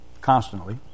constantly